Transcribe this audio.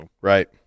Right